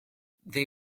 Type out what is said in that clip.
they